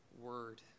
word